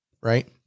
right